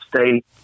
state